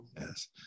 yes